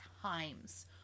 times